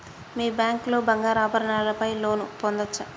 మీ bank లో బంగారు ఆభరణాల పై లోన్ పొందచ్చా?